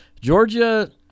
Georgia